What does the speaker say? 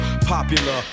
Popular